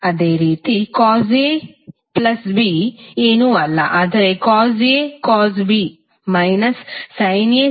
ಅದೇ ರೀತಿ cos A plus B ಏನೂ ಅಲ್ಲ ಆದರೆ cos A cos B minus sine A sine B